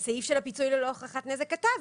אגב, בסעיף של הפיצוי ללא הוכחת נזק כתבנו: